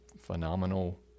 phenomenal